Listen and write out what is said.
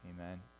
amen